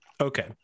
Okay